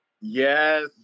Yes